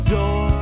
Door